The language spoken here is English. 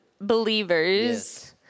believers